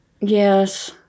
Yes